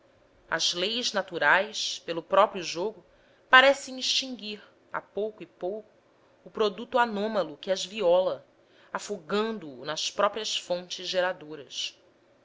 as leis naturais pelo próprio jogo parecem extinguir a pouco e pouco o produto anômalo que as viola afogando o nas próprias fontes geradoras